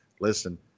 Listen